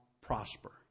prosper